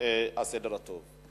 הסדר הטוב.